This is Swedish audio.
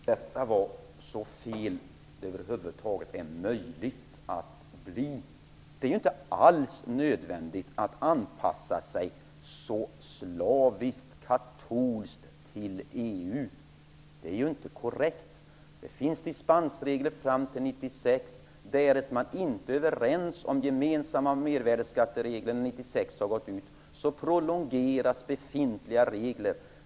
Fru talman! Detta är så fel som det över huvud taget kan bli. Det är ju inte alls nödvändigt att anpassa sig så slaviskt katolskt till EU. Det Ulla Rudin säger är ju inte korrekt. Det finns dispensregler som gäller fram till 1996. Därest man inte är överens om gemensamma mervärdesskatteregler efter 1996 års utgång prolongeras befintliga regler.